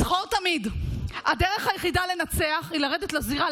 זכור תמיד: הדרך היחידה לנצח היא לרדת לזירה,